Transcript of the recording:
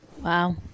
Wow